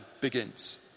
begins